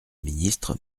ministre